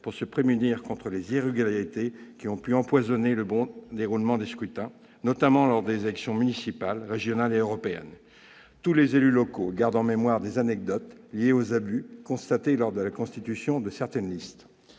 pour se prémunir contre les irrégularités qui ont pu empoisonner le bon déroulement des scrutins, notamment lors des élections municipales, régionales et européennes. Tous les élus locaux gardent en mémoire des anecdotes liées aux abus constatés lors de la constitution de certaines listes.